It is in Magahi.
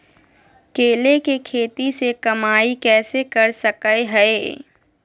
केले के खेती से कमाई कैसे कर सकय हयय?